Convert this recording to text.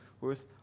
worth